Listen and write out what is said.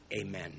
Amen